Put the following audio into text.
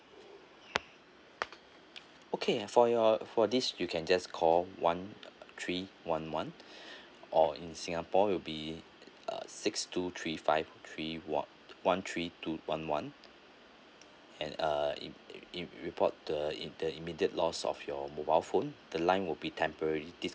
okay for your for this you can just call one three one one or in singapore will be six two three five three one one three two one one and uh it it report the the immediate loss of your mobile phone the line would be temporary dis~